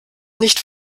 nicht